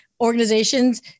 organizations